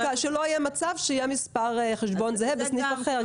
שלא יהיה מצב שיהיה מספר חשבון זהה בסניף אחר.